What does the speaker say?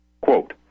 Quote